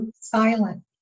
silent